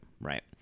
right